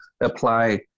apply